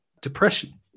depression